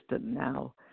now